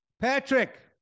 Patrick